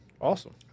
Awesome